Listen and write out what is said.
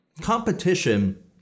Competition